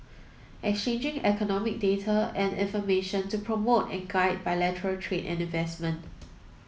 exchanging economic data and information to promote and guide bilateral trade and investment